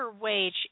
wage